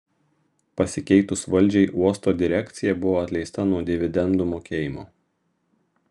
pasikeitus valdžiai uosto direkcija buvo atleista nuo dividendų mokėjimo